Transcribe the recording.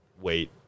wait